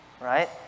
right